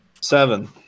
Seven